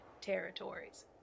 territories